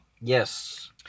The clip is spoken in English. Yes